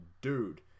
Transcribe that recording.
dude